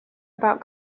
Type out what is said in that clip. about